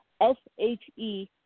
S-H-E